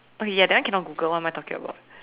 okay ya that one cannot Google one what am I talking about